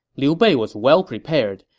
liu bei was well-prepared.